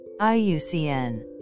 IUCN